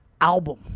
album